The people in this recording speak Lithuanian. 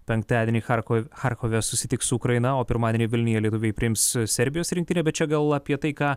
penktadienį charkov charkove susitiks su ukraina o pirmadienį vilniuje lietuviai priims serbijos rinktinę bet čia gal apie tai ką